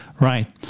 right